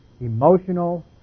emotional